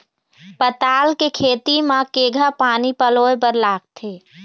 पताल के खेती म केघा पानी पलोए बर लागथे?